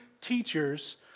teachers